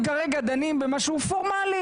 אנחנו דנים כרגע במשהו פורמלי.